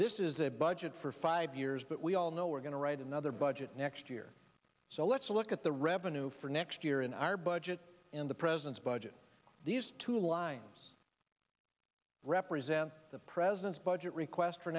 this is a budget for five years but we all know we're going to write another budget next year so let's look at the revenue for next year in our budget and the president's budget these two lines represent the president's budget request for